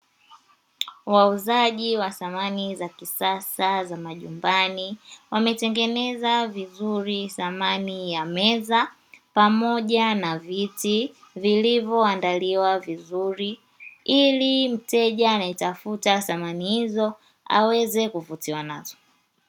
Wauzaji wa samani za kisasa za majumbani wametengeneza vizuri samani ya meza pamoja na viti, vilivyoandaliwa vizuri ili mteja anayetafuta samani hizo aweze kuvutia nazo.